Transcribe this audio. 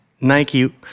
Nike